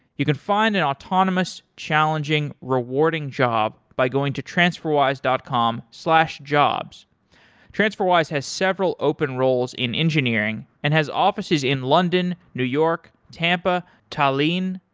you can find an autonomous, challenging, rewarding job by going to transferwise dot com jobs transferwise has several open roles in engineering and has offices in london, new york, tampa, tallinn,